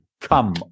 come